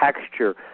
texture